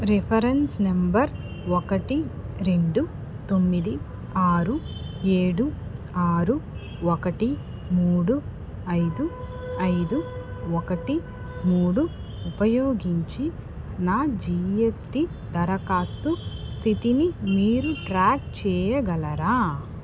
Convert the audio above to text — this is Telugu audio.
రిఫరెన్స్ నంబర్ ఒకటి రెండు తొమ్మిది ఆరు ఏడు ఆరు ఒకటి మూడు ఐదు ఐదు ఒకటి మూడు ఉపయోగించి నా జిఎస్టి దరఖాస్తు స్థితిని మీరు ట్రాక్ చెయ్యగలరా